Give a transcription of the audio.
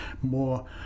more